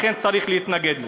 לכן צריך להתנגד לו.